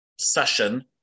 session